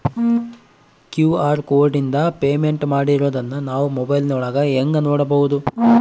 QR ಕೋಡಿಂದ payment ಮಾಡಿರೋದನ್ನ ನಾವು ಮೊಬೈಲಿನೊಳಗ ಹೆಂಗ ನೋಡಬಹುದು?